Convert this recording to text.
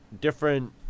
different